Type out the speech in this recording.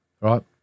right